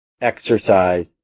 exercise